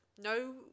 No